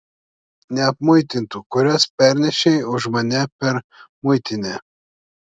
neapmuitintų kurias pernešei už mane per muitinę